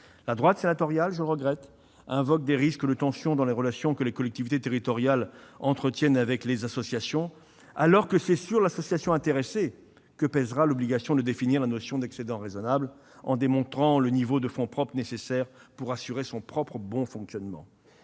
La droite sénatoriale, je le regrette, invoque des risques de tensions dans les relations que les collectivités territoriales entretiennent avec les associations, alors que c'est sur l'association intéressée que pèsera l'obligation de définir la notion d'excédent raisonnable en démontrant le niveau de fonds propres nécessaires pour assurer son bon fonctionnement.